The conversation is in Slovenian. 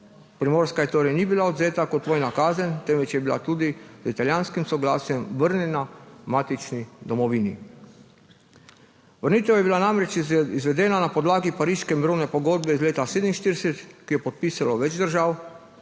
Primorska ji torej ni bila odvzeta kot vojna kazen, temveč je bila tudi z italijanskim soglasjem vrnjena matični domovini. Vrnitev je bila namreč izvedena na podlagi Pariške mirovne pogodbe iz leta 1947, ki jo je podpisalo več držav,